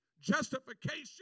justification